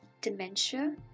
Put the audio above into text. dementia